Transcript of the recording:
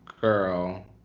Girl